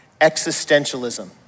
existentialism